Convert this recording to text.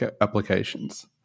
applications